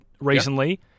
recently